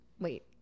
Wait